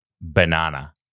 banana